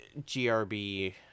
GRB